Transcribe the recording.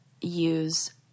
use